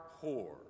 poor